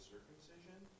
circumcision